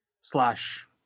slash